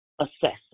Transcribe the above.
assessment